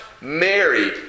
Mary